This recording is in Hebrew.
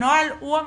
הנוהל הוא המכשול.